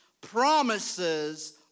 promises